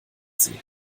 sie